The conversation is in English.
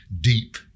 deep